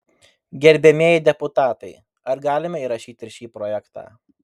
gerbiamieji deputatai ar galime įrašyti ir šį projektą